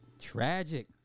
tragic